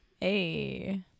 Hey